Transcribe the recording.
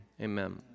amen